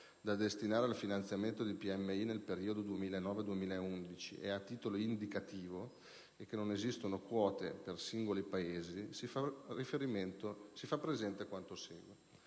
da destinare al finanziamento di piccole e medie imprese nel periodo 2009-2011 è a titolo indicativo e che non esistono quote per singoli Paesi, si fa presente quanto segue.